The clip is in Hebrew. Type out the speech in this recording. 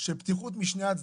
של פתיחות משני הצדדים.